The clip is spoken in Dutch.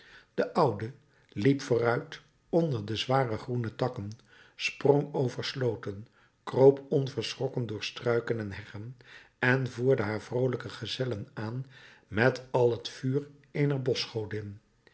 de oude liep vooruit onder de zware groene takken sprong over slooten kroop onverschrokken door struiken en heggen en voerde haar vroolijke gezellen aan met al het vuur eener